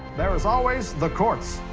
there's always the courts.